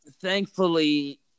Thankfully